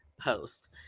post